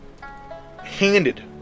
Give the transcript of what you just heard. handed